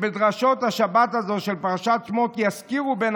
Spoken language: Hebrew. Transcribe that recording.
שבדרשות השבת הזאת של פרשת שמות יזכירו בן